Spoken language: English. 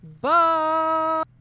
Bye